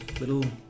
Little